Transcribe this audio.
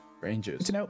Ranges